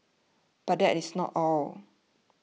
but that is not all